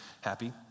happy